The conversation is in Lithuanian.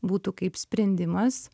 būtų kaip sprendimas